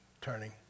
turning